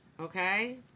Okay